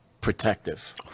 protective